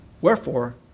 Wherefore